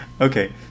Okay